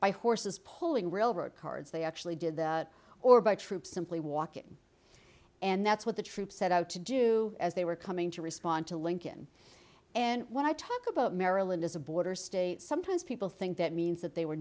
by horses pulling railroad cars they actually did that or by troops simply walking and that's what the troops set out to do as they were coming to respond to lincoln and when i talk about maryland as a border state sometimes people think that means that they were